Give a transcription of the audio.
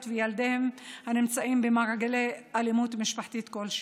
וילדיהן הנמצאים במעגל אלימות משפחתי כלשהו.